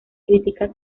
críticas